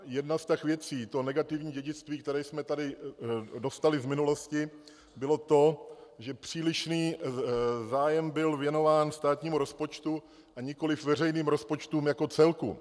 Jedna z těch věcí, to negativní dědictví, které jsme tady dostali z minulosti, bylo to, že přílišný zájem byl věnován státnímu rozpočtu, a nikoliv veřejným rozpočtům jako celku.